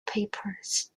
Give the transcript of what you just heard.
papers